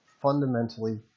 fundamentally